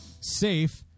safe